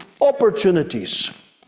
opportunities